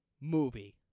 movie